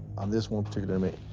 on this one particular inmate,